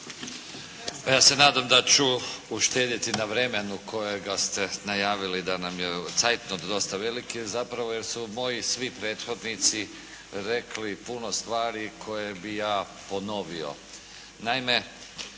ja se nadam da ću uštedjeti na vremenu kojega ste najavili da nam je zeitnot dosta veliki, je zapravo jer su moji svi prethodnici rekli puno stvari koje bih ja ponovio.